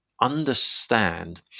understand